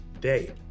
day